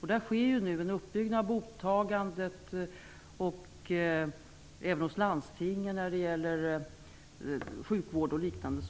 Där sker nu en uppbyggnad av mottagandet, och det sker även hos landstingen när det gäller sjukvård och liknande.